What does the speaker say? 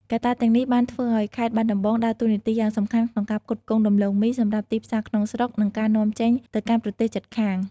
កត្តាទាំងនេះបានធ្វើឱ្យខេត្តបាត់ដំបងដើរតួនាទីយ៉ាងសំខាន់ក្នុងការផ្គត់ផ្គង់ដំឡូងមីសម្រាប់ទីផ្សារក្នុងស្រុក និងការនាំចេញទៅកាន់ប្រទេសជិតខាង។